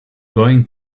going